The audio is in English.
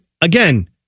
again